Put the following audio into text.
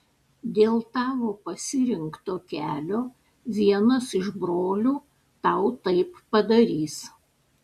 dėl tavo pasirinkto kelio vienas iš brolių tau taip padarys